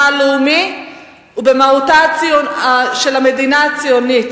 הלאומי ובמהותה של המדינה הציונית,